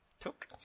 took